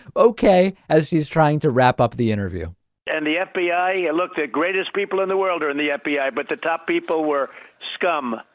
ok, as he's trying to wrap up the interview and the fbi looked at greatest people in the world or in the fbi, but the top people were scum,